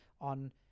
on